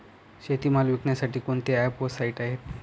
शेतीमाल विकण्यासाठी कोणते ॲप व साईट आहेत?